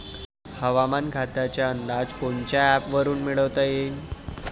हवामान खात्याचा अंदाज कोनच्या ॲपवरुन मिळवता येईन?